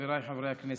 חבריי חברי הכנסת,